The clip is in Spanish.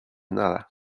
nada